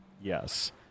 yes